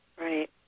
Right